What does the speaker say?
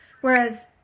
whereas